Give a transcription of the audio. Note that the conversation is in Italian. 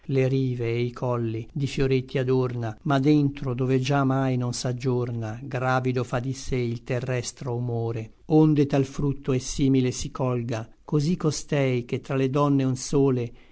le rive e i colli di fioretti adorna ma dentro dove già mai non s'aggiorna gravido fa di sé il terrestro humore onde tal fructo et simile si colga così costei ch'è tra le donne un sole